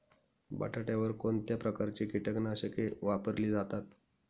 बटाट्यावर कोणत्या प्रकारची कीटकनाशके वापरली जातात?